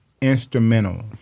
instrumental